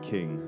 King